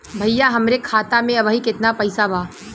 भईया हमरे खाता में अबहीं केतना पैसा बा?